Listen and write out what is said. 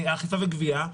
אכיפה וגבייה.